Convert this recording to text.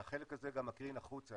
והחלק הזה גם מקרין החוצה.